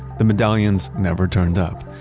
the medallions never turned up.